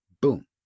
boom